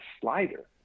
slider